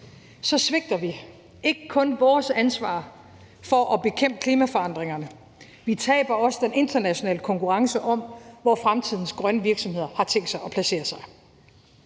op, svigter vi ikke kun vores ansvar for at bekæmpe klimaforandringerne; vi taber også den internationale konkurrence om, hvor fremtidens grønne virksomheder har tænkt sig at placere sig.